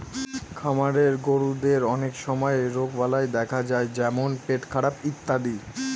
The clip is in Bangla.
খামারের গরুদের অনেক সময় রোগবালাই দেখা যায় যেমন পেটখারাপ ইত্যাদি